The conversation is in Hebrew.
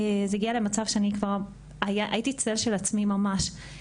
זה כבר הגיע למצב שהייתי צל של עצמי ממש.